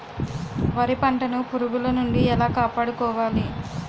వరి పంటను పురుగుల నుండి ఎలా కాపాడుకోవాలి?